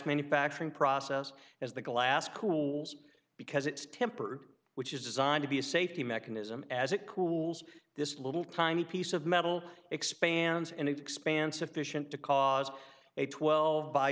manufacturing process as the glass cools because it's tempered which is designed to be a safety mechanism as it cools this little tiny piece of metal expands and expansive fission to cause a twelve by